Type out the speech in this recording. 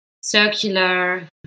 circular